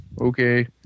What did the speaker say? okay